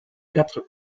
quatre